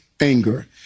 anger